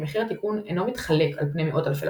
מחיר התיקון אינו "מתחלק" על-פני מאות אלפי לקוחות.